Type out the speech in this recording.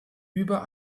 über